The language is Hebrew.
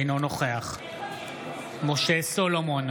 אינו נוכח משה סולומון,